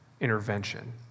intervention